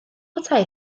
petai